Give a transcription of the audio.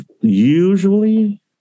usually